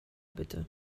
bitte